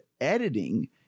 editing